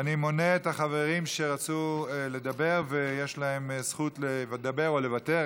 ואני מונה את החברים שרצו לדבר ויש להם זכות לדבר או לוותר,